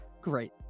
Great